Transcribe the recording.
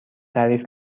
تعریف